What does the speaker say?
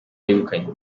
yegukanye